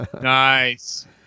Nice